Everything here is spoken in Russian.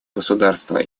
государства